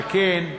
על כן,